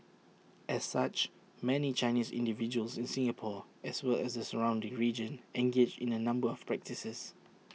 as such many Chinese individuals in Singapore as well as the surrounding region engage in A number of practices